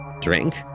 Drink